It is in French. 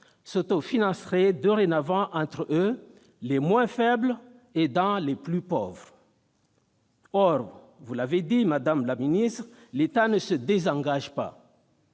s'autofinanceraient dorénavant entre eux, les moins faibles aidant les plus pauvres. Or, vous l'avez dit, madame la ministre, l'État ne se désengage pas.